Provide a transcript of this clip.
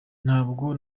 ntabwo